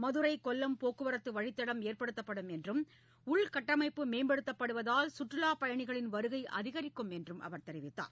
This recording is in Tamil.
மதுரை கொல்லம் போக்குவரத்து வழித்தடம் ஏற்படுத்தபடும் என்றும் உள்கட்டமைப்பு மேம்படுத்தப்படுவதால் சுற்றலாப் பயணிகளின் வருகை அதிகரிக்கும் என்றும் அவர் தெரிவித்தார்